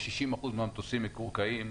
כש-60% מהמטוסים מקורקעים,